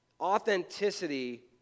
authenticity